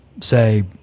say